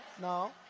no